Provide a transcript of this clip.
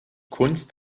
kunst